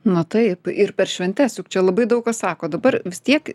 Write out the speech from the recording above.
na taip ir per šventes juk čia labai daug kas sako dabar vis tiek